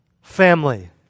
family